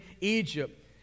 Egypt